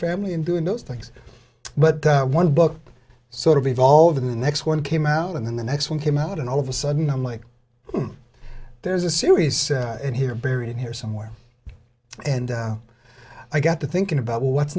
family and doing those things but the one book sort of evolve the next one came out and then the next one came out and all of a sudden i'm like there's a series in here buried in here somewhere and i got to thinking about what's